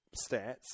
stats